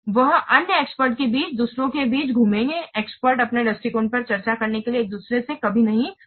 वह अन्य एक्सपर्ट्स के बीच दूसरों के बीच घूमेंगे एक्सपर्ट्स अपने दृष्टिकोण पर चर्चा करने के लिए एक दूसरे से कभी नहीं मिलते हैं